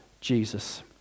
Jesus